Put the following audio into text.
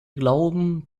glauben